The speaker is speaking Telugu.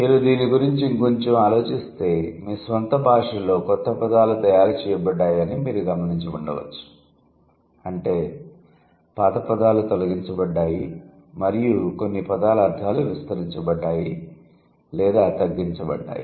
మీరు దీని గురించి ఇంకొంచెం ఆలోచిస్తే మీ స్వంత భాషలో క్రొత్త పదాలు తయారు చేయబడ్డాయని మీరు గమనించి ఉండవచ్చు అంటే పాత పదాలు తొలగించబడ్డాయి మరియు కొన్ని పదాల అర్ధాలు విస్తరించబడ్డాయి లేదా తగ్గించబడ్డాయి